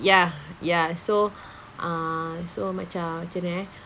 ya ya so ah so macam macam mana eh